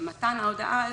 מתן ההודעה הזו,